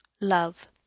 love